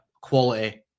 quality